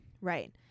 Right